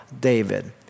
David